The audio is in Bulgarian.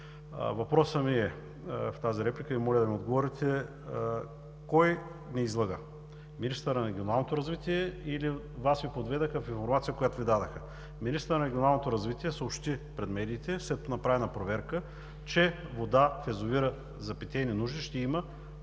Въпросът ми в тази реплика е и моля да ми отговорите: кой ни излъга – министърът на регионалното развитие, или Вас Ви подведоха с информацията, която Ви дадоха? Министърът на регионалното развитие съобщи пред медиите – след направена проверка, че вода за питейни нужди в